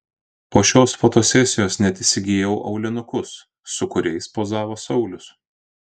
po šios fotosesijos net įsigijau aulinukus su kuriais pozavo saulius